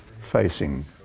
facing